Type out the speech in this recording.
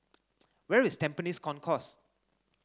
where is Tampines Concourse